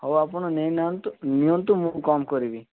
ହଉ ଆପଣ ନେଇ ନାହାନ୍ତୁ ନିଅନ୍ତୁ ମୁଁ କମ୍ କରିବି